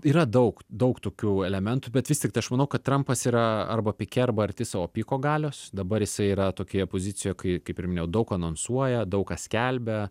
yra daug daug tokių elementų bet vis tiktai aš manau kad trampas yra arba pike arba arti savo piko galios dabar jisai yra tokioje pozicijoje kai kaip ir minėjau daug anonsuoja daug ką skelbia